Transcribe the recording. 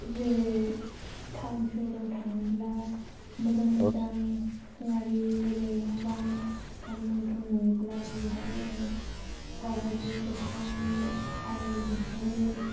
जेरै थावन सहराव थाङोब्ला मोजां मोजां सिनारि जेरै न' बां गारि मटर नुयोब्ला बेयावहाय जोङो सावगारि खेबखाङो आरो बिब्दिनो